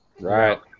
Right